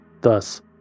Thus